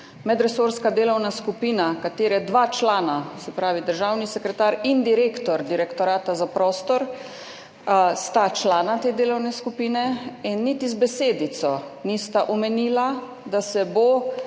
Medresorska delovna skupina, katere dva člana, se pravi državni sekretar in direktor Direktorata za prostor, sta člana te delovne skupine, niti z besedico nista omenila, da se bo